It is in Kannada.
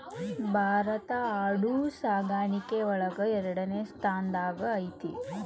ಭಾರತಾ ಆಡು ಸಾಕಾಣಿಕೆ ಒಳಗ ಎರಡನೆ ಸ್ತಾನದಾಗ ಐತಿ